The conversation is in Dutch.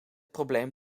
probleem